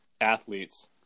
athletes